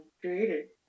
Created